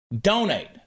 Donate